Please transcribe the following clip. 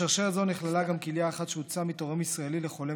בשרשרת זו נכללה גם כליה אחת שהוטסה מתורם ישראלי לחולה